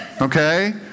Okay